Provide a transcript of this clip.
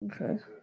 okay